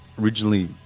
originally